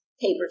paper